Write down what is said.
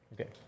Okay